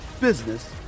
business